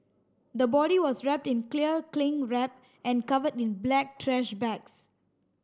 the body was wrapped in clear cling wrap and covered in black trash bags